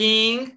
King